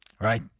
Right